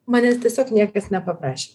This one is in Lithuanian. manęs tiesiog niekas nepaprašė